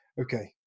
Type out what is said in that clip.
Okay